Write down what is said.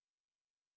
hello